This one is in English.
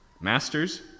masters